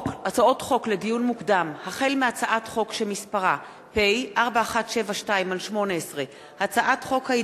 לדיון מוקדם: החל בהצעת חוק פ/4172/18 וכלה בהצעת חוק פ/4240/18,